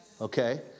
Okay